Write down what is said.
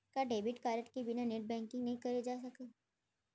का debit card के बिना नेट बैंकिंग नई करे जाथे सके?